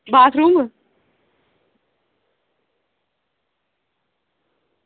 bathroom